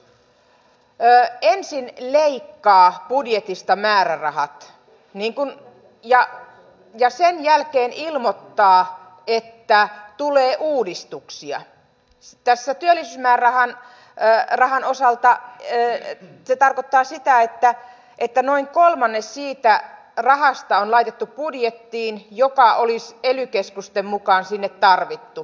kun hallitus ensin leikkaa budjetista määrärahat ja sen jälkeen ilmoittaa että tulee uudistuksia tässä työllisyysmäärärahan osalta se tarkoittaa sitä että noin kolmannes siitä rahasta on laitettu budjettiin joka olisi ely keskusten mukaan sinne tarvittu